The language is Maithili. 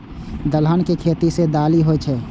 दलहन के खेती सं दालि होइ छै